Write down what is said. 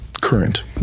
current